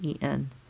En